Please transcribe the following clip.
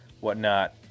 whatnot